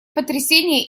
потрясения